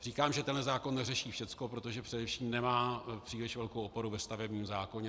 Říkám, že tenhle zákon neřeší všecko, protože především nemá příliš velkou oporu ve stavebním zákoně.